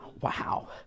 Wow